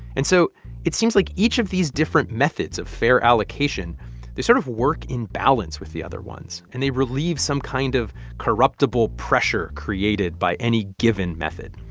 and so it seems like each of these different methods of fair allocation they sort of work in balance with the other ones, and they relieve some kind of corruptible pressure created by any given method.